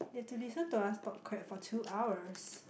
they have to listen to us talk crap for two hours